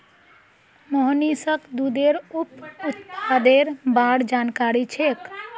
मोहनीशक दूधेर उप उत्पादेर बार जानकारी छेक